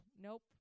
nope